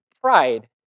pride